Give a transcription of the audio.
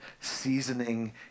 seasoning